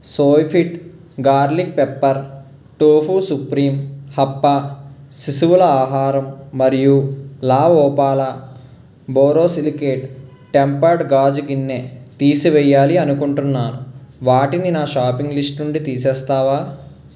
Soyfit garlic pepper tofu supreme Happa శిశువుల ఆహారం మరియు లాఓపాలా బోరోసిలికేట్ టెంపర్డ్ గాజు గిన్నె తీసివెయ్యాలి అనుకుంటున్నాను వాటిని నా షాపింగ్ లిస్ట్ నుండి తీసేస్తావా